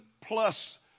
plus